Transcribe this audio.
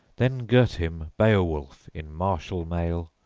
then girt him beowulf in martial mail,